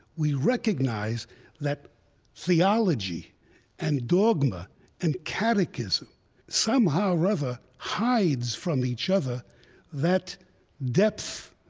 we recognize that theology and dogma and catechism somehow or other hides from each other that depth,